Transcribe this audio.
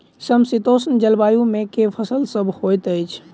समशीतोष्ण जलवायु मे केँ फसल सब होइत अछि?